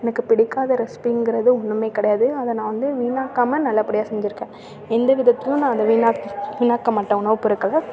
எனக்கு பிடிக்காத ரெசிபிங்கிறது ஒன்றுமே கிடையாது அதை நான் வந்து வீணாக்காமல் நல்லபடியாக செஞ்சிருக்கேன் எந்த விதத்திலையும் நான் அதை வீணாக் வீணாக்க மாட்டேன் உணவு பொருட்களை